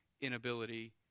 inability